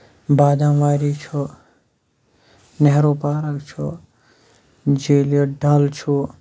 بادام واری چھُ نہروٗ پارَک چھُ جیٖلہِ ڈَل چھُ